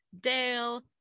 Dale